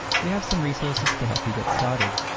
we have some resources to help you get started.